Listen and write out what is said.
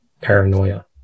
paranoia